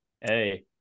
Hey